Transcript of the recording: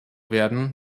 werden